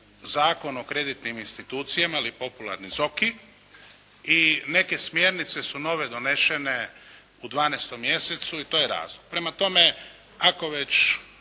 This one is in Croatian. Zakon o kreditnim institucijama ili popularni ZOKI i neke smjernice su nove donesene u 12 mjesecu i to je razlog. Prema tome, ako već